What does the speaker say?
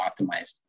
optimized